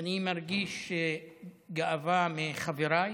אני מרגיש גאווה על חבריי,